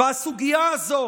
הסוגיה הזו